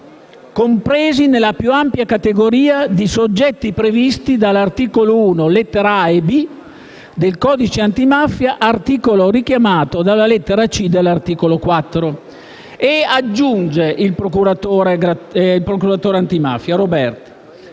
compresi nella più ampia categoria di soggetti previsti dall'articolo 1, lettere *a)* e *b)*, del codice antimafia, articolo richiamato alla lettera *c)* dell'articolo 4.». Il procuratore nazionale antimafia Roberti